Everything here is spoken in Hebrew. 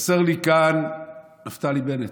חסר לי כאן נפתלי בנט,